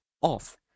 off